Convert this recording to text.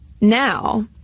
now